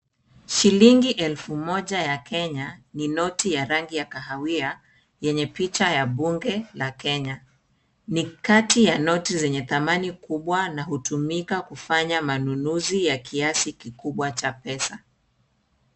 Shilingi elfu moja ya Kenya ni noti ya rangi ya kahawia yenye picha ya bunge la Kenya. Ni kati ya noti zenye thamani kubwa na hutumika kufanya manunuzi ya kiasi kikubwa cha pesa.